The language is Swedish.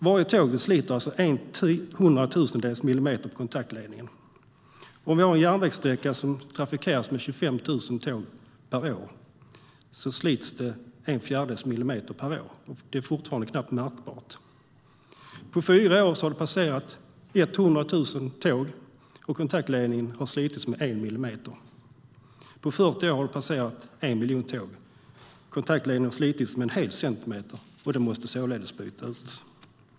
Varje tåg sliter alltså en hundratusendels millimeter på kontaktledningen. En järnvägssträcka som trafikeras av 25 000 tåg per år slits alltså ned en fjärdedels millimeter per år, men det är fortfarande knappt märkbart. På fyra år har det passerat 100 000 tåg, och kontaktledningen har slitits med en millimeter. På 40 år har det passerat 1 miljon tåg, och kontaktledningen har slitits med en hel centimeter och måste således bytas ut.